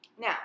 Now